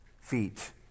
feet